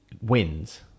wins